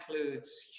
includes